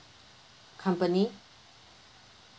company